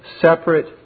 separate